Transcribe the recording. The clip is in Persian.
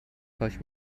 کاش